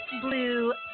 Blue